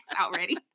already